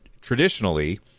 traditionally